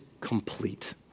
complete